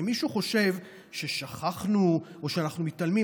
אם מישהו חושב ששכחנו או שאנחנו מתעלמים,